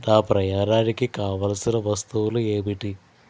నా ప్రయాణానికి కావలసిన వస్తువులు ఏమిటి